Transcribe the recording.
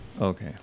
Okay